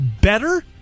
better